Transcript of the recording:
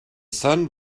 sun